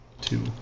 two